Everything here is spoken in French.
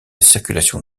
circulation